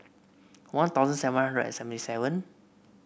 One Thousand seven hundred seventy seven